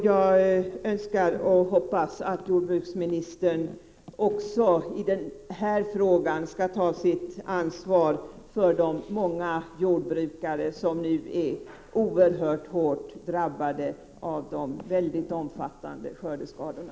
Jag önskar och hoppas att jordbruksministern också i den här frågan tar sitt ansvar för de många jordbrukare som nu är oerhört hårt drabbade av de väldigt omfattande skördeskadorna.